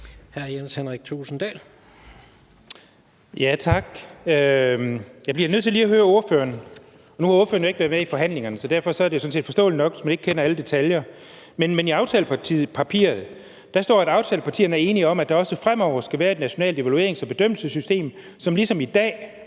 Jeg bliver nødt til lige at høre ordførerne om noget. Nu har ordføreren jo ikke været med ved forhandlingerne, så derfor er det sådan set forståeligt nok, at man ikke kender alle detaljer. Men i aftalepapiret står der, at aftalepartierne er enige om, at der også fremover skal være et nationalt evaluerings- og bedømmelsessystem, som ligesom i dag